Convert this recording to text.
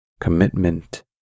commitment